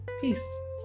Peace